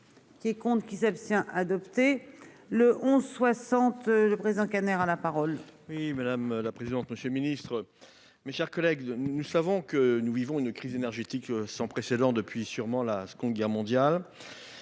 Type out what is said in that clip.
Qui compte qui s'abstient adoptée le 11 60. Le président canard à la parole. Oui madame la présidente, monsieur le ministre. Mes chers collègues, nous savons que nous vivons une crise énergétique sans précédent depuis sûrement la seconde guerre mondiale.